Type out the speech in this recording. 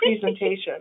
presentation